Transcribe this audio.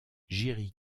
jiří